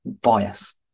bias